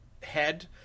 head